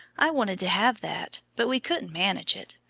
i wanted to have that, but we couldn't manage it.